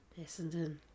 Essendon